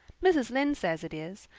mrs. lynde says it is.